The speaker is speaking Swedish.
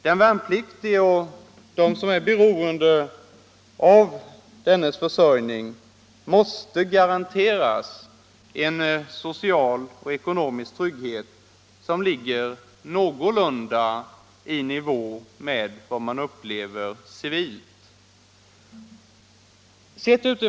Den värnpliktige och de som för sin försörjning är beroende av honom måste garanteras en social och ekonomisk trygghet som ligger någorlunda i nivå med vad man upplever civilt.